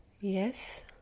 Yes